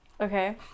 Okay